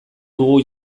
dugu